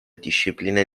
discipline